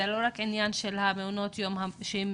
זה לא רק עניין של מעונות היום שנמצאים